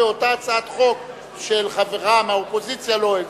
ואותה הצעת חוק של חברה מהאופוזיציה לא העבירה,